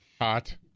Hot